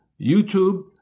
YouTube